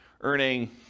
earning